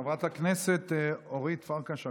חברת הכנסת אורית פרקש הכהן.